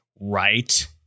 Right